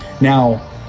Now